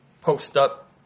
post-up